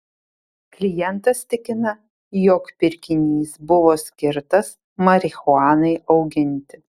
klientas tikina jog pirkinys buvo skirtas marihuanai auginti